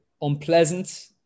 unpleasant